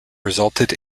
resulted